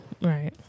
Right